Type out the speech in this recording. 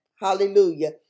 hallelujah